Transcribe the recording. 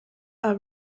are